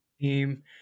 team